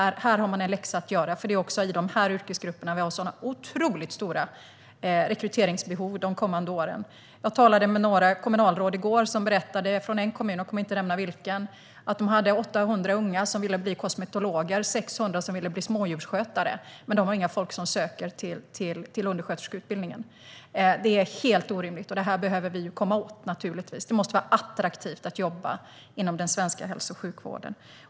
Här finns en läxa att göra, för det är i dessa yrkesgrupper som rekryteringsbehovet de kommande åren kommer att bli så otroligt stort. Jag talade med några kommunalråd i går som berättade från en kommun - jag kommer inte att nämna vilken - att de hade 800 unga som ville bli kosmetologer och 600 som ville bli smådjursskötare, men det är ingen som söker till undersköterskeutbildningen. Det är helt orimligt, och det behöver vi naturligtvis komma åt. Det måste vara attraktivt att jobba inom den svenska hälso och sjukvården.